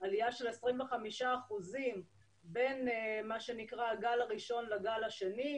עלייה של 25% בין מה שנקרא "הגל הראשון" ל"גל השני",